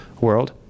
world